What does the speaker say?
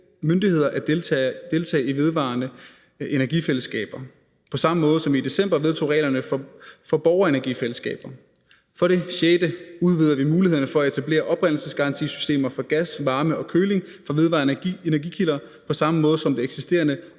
at deltage i vedvarende energifællesskaber på den samme måde, som vi i december vedtog reglerne for borgerenergifællesskaber. For det sjette udvider vi mulighederne for at etablere oprindelsesgarantisystemer for gas, varme og køling for vedvarende energikilder på samme måde, som det eksisterende